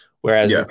Whereas